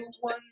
one